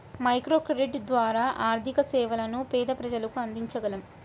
microcredit ద్వారా ఆర్థిక సేవలను పేద ప్రజలకు అందించగలం